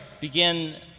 begin